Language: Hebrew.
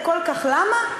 כל כך למה?